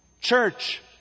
Church